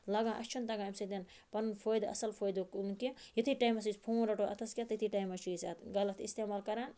لَگان اَسہِ چھُنہٕ تَگان امہِ سۭتۍ پَنُن فٲیدٕ اصل فٲیدٕ تُلُن کینٛہہ یتھی ٹایمَس أسۍ فون رَٹو اتھَس کیٚتھ تٔتھی ٹایمَس چھِ أسۍ اتھ غَلَط اِستعمال کَران